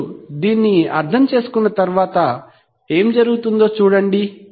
ఇప్పుడు దీన్ని అర్థం చేసుకున్న తరువాత ఏమి జరుగుతుందోచూడండి